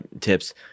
tips